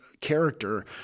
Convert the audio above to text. character